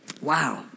wow